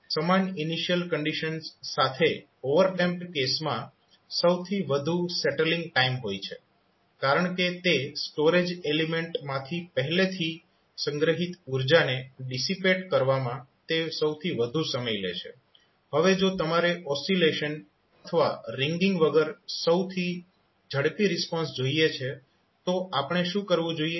સમાન initial conditions સાથે overdamped કેસમાં સૌથી વધુ સેટલીંગ ટાઈમ હોય છે કારણ કે તે સ્ટોરેજ એલીમેન્ટમાંથી પહેલેથી સંગ્રહિત ઉર્જાને ડિસીપેટ કરવામાં તે સૌથી વધુ સમય લે છે હવે જો તમારે ઓસિલેશન અથવા રિંગિંગ વગર સૌથી ઝડપી રિસ્પોન્સ જોઈએ છે તો આપણે શું કરવું જોઈએ